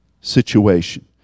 situation